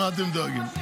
מה אתם דואגים?